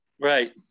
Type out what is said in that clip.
right